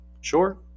Sure